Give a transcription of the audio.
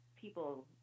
people